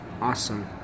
Awesome